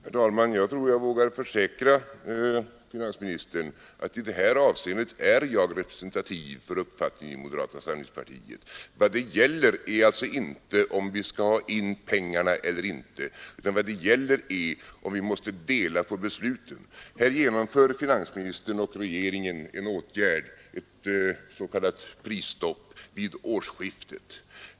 Herr talman! Jag tror att jag vågar försäkra finansministern att jag i detta avseende är representativ för uppfattningen i moderata samlingspartiet. Vad det gäller är alltså inte om vi skall ha in pengarna eller inte utan om vi måste dela upp besluten. Finansministern och regeringen har vid årsskiftet genomfört en åtgärd, ett s.k. prisstopp.